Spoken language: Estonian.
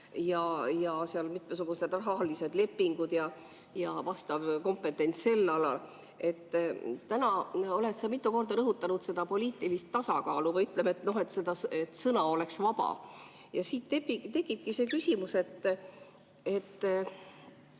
ja mitmesugused rahalised lepingud ja kompetents sel alal. Täna oled sa mitu korda rõhutanud seda poliitilist tasakaalu või seda, et sõna oleks vaba. Siit tekibki küsimus. Ma